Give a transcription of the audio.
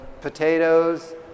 potatoes